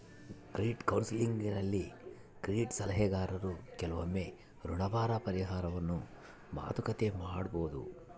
credit ಕೌನ್ಸೆಲಿಂಗ್ನಲ್ಲಿ credit ಸಲಹೆಗಾರರು ಕೆಲವೊಮ್ಮೆ ಋಣಭಾರ ಪರಿಹಾರವನ್ನು ಮಾತುಕತೆ ಮಾಡಬೊದು